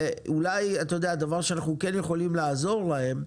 אולי אתה יודע, דבר שאנחנו כן יכולים לעזור להם,